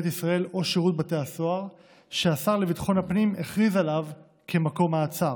ישראל או שירות בתי הסוהר שהשר לביטחון הפנים הכריז עליו כמקום מעצר.